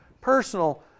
personal